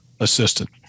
assistant